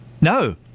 No